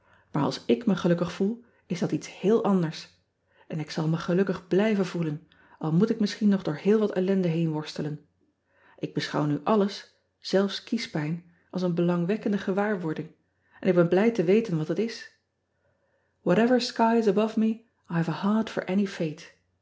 aar als ik me gelukkig voel is dat iets heel anders n ik zal me gelukkig blijven voelen al moet ik misschien nog door heel wat ellende heenworstelen k beschouw nu alles zelfs kiespijn als een belangwekkende gewaarwording en ik ben blij te weten wat het is